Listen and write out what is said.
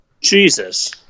Jesus